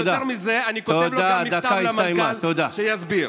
יותר מזה, אני כותב מכתב למנכ"ל, שיסביר.